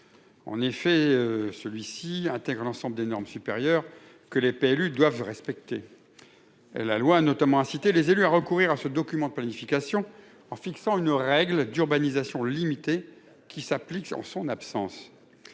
En effet celui-ci intègre l'ensemble des normes supérieures que les PLU doivent respecter. La loi notamment inciter les élus à recourir à ce document de planification en fixant une règle d'urbanisation limitée qui s'applique en son absence.